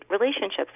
relationships